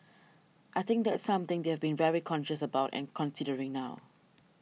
I think that's something they've very conscious about and considering now